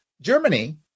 Germany